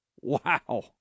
Wow